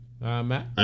Matt